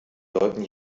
leuten